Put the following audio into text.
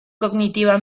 cognitiva